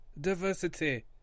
diversity